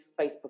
Facebook